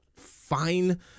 fine